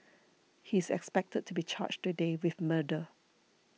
he is expected to be charged today with murder